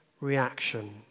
reaction